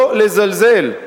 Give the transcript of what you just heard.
לא לזלזל.